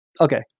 Okay